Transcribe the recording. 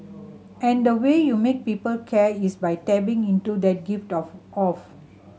and the way you make people care is by tapping into that gift of off